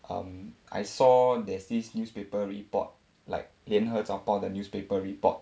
um I saw there's this newspaper report like 联合早报 the newspaper report